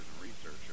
researchers